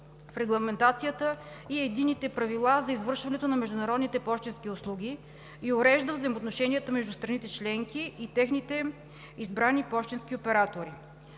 в регламентацията и единните правила за извършването на международните пощенски услуги и урежда взаимоотношенията между страните членки и техните избрани пощенски оператори.